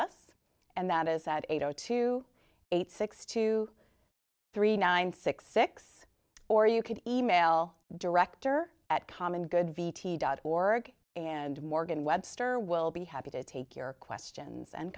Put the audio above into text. us and that is at eight zero two eight six two three nine six six or you could e mail director at common good vitti dot org and morgan webster we'll be happy to take your questions and